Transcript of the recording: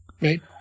Right